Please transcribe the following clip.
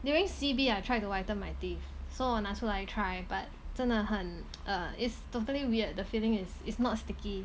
during C_B I try to whiten my teeth so 我拿出来 try but 真的很 err is totally weird the feeling is it's not sticky